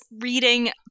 reading